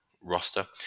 roster